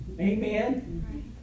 Amen